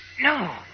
No